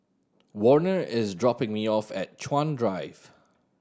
Warner is dropping me off at Chuan Drive